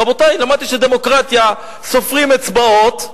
רבותי, למדתי שבדמוקרטיה סופרים אצבעות,